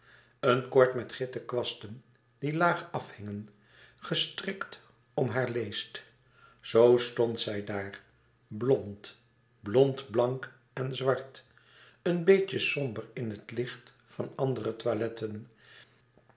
een koord met gitten kwasten die laag afhingen gestrikt om haar leest zoo stond zij daar blond blondblank en zwart een beetje somber in het licht van andere toiletten